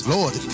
Lord